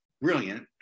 Brilliant